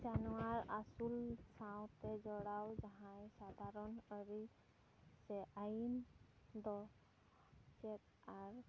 ᱡᱟᱱᱣᱟᱨ ᱟᱹᱥᱩᱞ ᱥᱟᱶᱛᱮ ᱡᱚᱲᱟᱣ ᱡᱟᱦᱟᱸᱭ ᱥᱟᱫᱷᱟᱨᱚᱱ ᱟᱹᱨᱤ ᱥᱮ ᱟᱹᱭᱤᱱ ᱫᱚ ᱪᱮᱫ ᱟᱨ